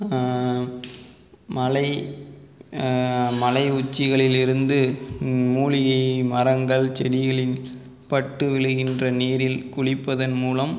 மலை மலை உச்சிகளிலிருந்து மூலிகை மரங்கள் செடிகளில் பட்டு விழுகின்ற நீரில் குளிப்பதன் மூலம்